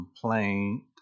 complaint